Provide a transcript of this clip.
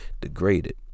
degraded